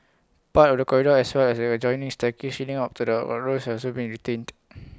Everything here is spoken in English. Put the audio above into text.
part of the corridor as well as the adjoining staircase up to the courtrooms have also been retained